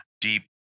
deep